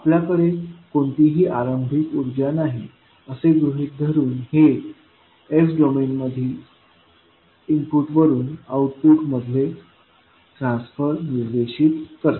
आपल्याकडे कोणतीही आरंभिक उर्जा नाही असे गृहीत धरून हे s डोमेन मधील इनपुट वरून आउटपुट मधले ट्रान्सफर निर्देशित करते